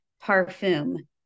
parfum